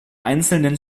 einzelnen